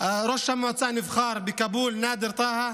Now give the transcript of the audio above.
ראש המועצה הנבחר בכאבול נאדר טאהא.